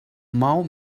mou